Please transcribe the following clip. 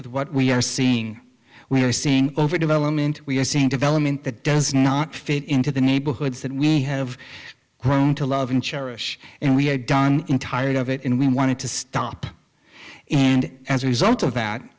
with what we are seeing we are seeing over development we are seeing development that does not fit into the neighborhoods that we have grown to love and cherish and we have done in tired of it and we wanted to stop and as a result of that